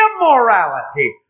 immorality